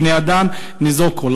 ובני-אדם ניזוקו.